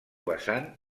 vessant